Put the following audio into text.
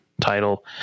Title